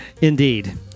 Indeed